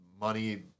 money